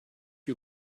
you